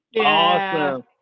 awesome